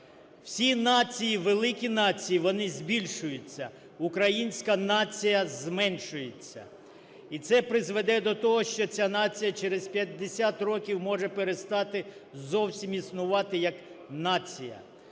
Всі нації, великі нації, вони збільшуються, українська нація зменшується. І це призведе до того, що ця нація через 50 років може перестати зовсім існувати як нація.